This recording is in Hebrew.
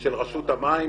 של רשות המים,